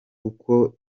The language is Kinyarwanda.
uko